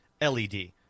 LED